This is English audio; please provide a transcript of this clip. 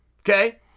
okay